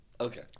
Okay